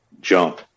jump